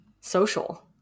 social